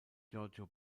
giorgio